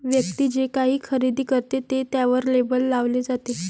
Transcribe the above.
व्यक्ती जे काही खरेदी करते ते त्यावर लेबल लावले जाते